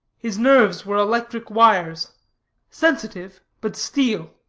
his nerves were electric wires sensitive, but steel.